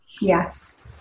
yes